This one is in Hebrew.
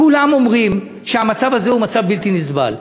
כולם אומרים שהמצב הזה הוא בלתי נסבל.